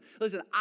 Listen